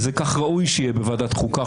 וכך ראוי שיהיה בוועדת החוקה,